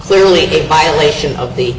clearly a violation of the